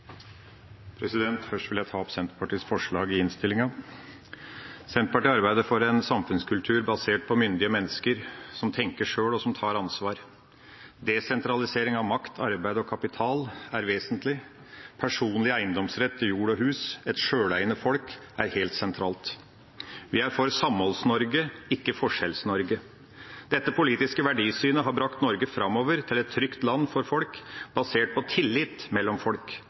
Først vil jeg ta opp Senterpartiets forslag i innstillinga. Senterpartiet arbeider for en samfunnskultur basert på myndige mennesker som tenker sjøl, og som tar ansvar. Desentralisering av makt, arbeid og kapital er vesentlig. Personlig eiendomsrett til jord og hus, et sjøleiende folk, er helt sentralt. Vi er for Samholds-Norge, ikke Forskjells-Norge. Dette politiske verdisynet har brakt Norge framover til et trygt land for folk, basert på tillit mellom folk,